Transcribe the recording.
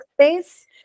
space